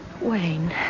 Wayne